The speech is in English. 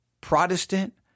Protestant